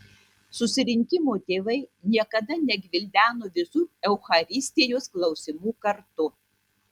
susirinkimo tėvai niekada negvildeno visų eucharistijos klausimų kartu